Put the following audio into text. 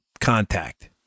contact